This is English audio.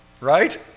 Right